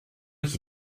qui